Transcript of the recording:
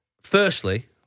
firstly